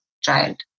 child